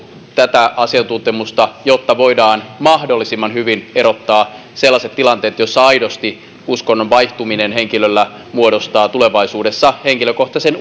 asiantuntemusta jotta voidaan mahdollisimman hyvin erottaa sellaiset tilanteet joissa aidosti uskonnon vaihtuminen henkilöllä muodostaa tulevaisuudessa henkilökohtaisen